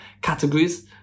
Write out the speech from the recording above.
categories